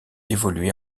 évolué